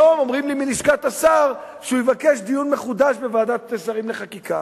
היום אומרים לי מלשכת השר שהוא יבקש דיון מחודש בוועדת שרים לחקיקה.